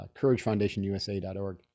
couragefoundationusa.org